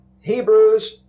Hebrews